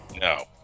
No